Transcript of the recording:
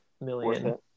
million